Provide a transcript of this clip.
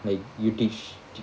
like you teach